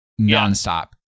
nonstop